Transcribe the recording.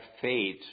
fate